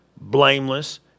blameless